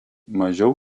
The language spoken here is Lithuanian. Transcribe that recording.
mažiau